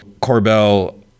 Corbell